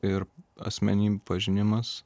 ir asmenybių pažinimas